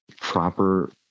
proper